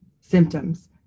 symptoms